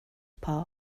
paar